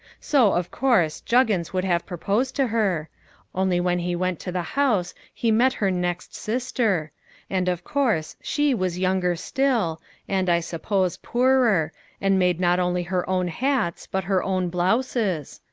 so, of course, juggins would have proposed to her only when he went to the house he met her next sister and of course she was younger still and, i suppose, poorer and made not only her own hats but her own blouses.